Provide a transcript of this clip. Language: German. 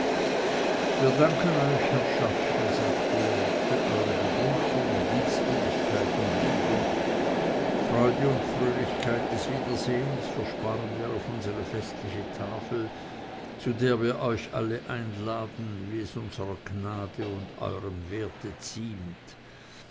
wir danken euch herrschaften sagte er für eure begrüßung dienstwilligkeit und liebe freude und fröhlichkeit des wiedersehens versparen wir auf unsere festliche tafel zu der wir euch alle einladen wie es unsrer gnade und euerm werte ziemt